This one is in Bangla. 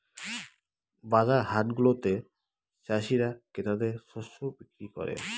বাজার হাটগুলাতে চাষীরা ক্রেতাদের শস্য বিক্রি করে